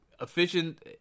efficient